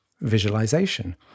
visualization